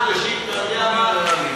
תהיו ריאליים.